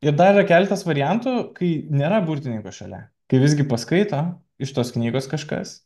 ir dar yra keletas variantų kai nėra burtininkas šalia kai visgi paskaito iš tos knygos kažkas